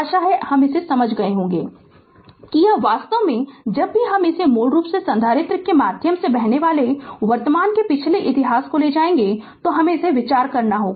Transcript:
आशा है इसे समझ गए होगे कि यह वास्तव में जब भी इसे लें जो मूल रूप से संधारित्र के माध्यम से बहने वाले वर्तमान के पिछले इतिहास को ले जाएगा जो कि विचार है